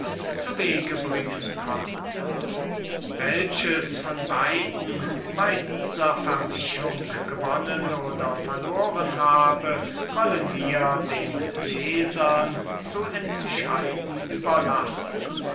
zuwege bringen konnte welches von beiden bei dieser vermischung gewonnen oder verloren habe wollen wir unsern lesern zu entscheiden überlassen